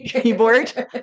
keyboard